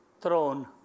throne